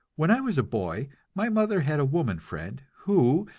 when i was a boy my mother had a woman friend who,